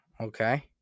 Okay